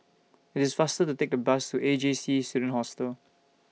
IT IS faster to Take The Bus to A J C Student Hostel